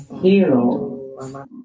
hero